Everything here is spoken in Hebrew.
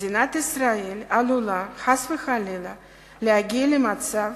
מדינת ישראל עלולה חס וחלילה להגיע למצב,